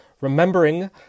remembering